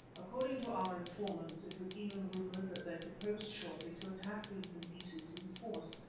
according to our informants, it was even rumoured that they proposed shortly to attack these mazitus in force,